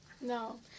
No